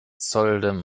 seldom